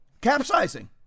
capsizing